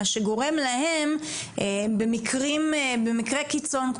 מה שגורם להם במקרי קיצון,